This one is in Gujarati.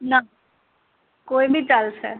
ના કોઈ બી ચાલશે